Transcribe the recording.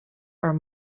are